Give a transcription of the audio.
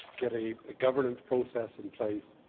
get a ah governance process in place,